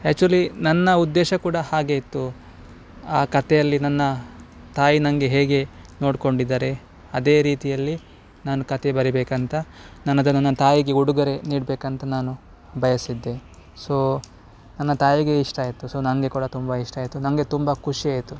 ಯಾಚುಲಿ ನನ್ನ ಉದ್ದೇಶ ಕೂಡ ಹಾಗೆ ಇತ್ತು ಆ ಕಥೆಯಲ್ಲಿ ನನ್ನ ತಾಯಿ ನನಗೆ ಹೇಗೆ ನೋಡ್ಕೊಂಡಿದ್ದಾರೆ ಅದೇ ರೀತಿಯಲ್ಲಿ ನಾನು ಕಥೆ ಬರಿಬೇಕಂತ ನಾನು ಅದನ್ನು ನನ್ನ ತಾಯಿಗೆ ಉಡುಗೊರೆ ನೀಡಬೇಕಂತ ನಾನು ಬಯಸಿದ್ದೆ ಸೊ ನನ್ನ ತಾಯಿಗೆ ಇಷ್ಟ ಆಯಿತು ಸೊ ನನಗೆ ಕೂಡ ತುಂಬ ಇಷ್ಟ ಆಯಿತು ನನಗೆ ತುಂಬ ಖುಷಿಯಾಯಿತು